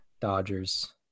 Dodgers